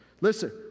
Listen